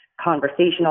conversational